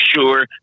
sure